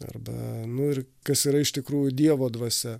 arba nu ir kas yra iš tikrųjų dievo dvasia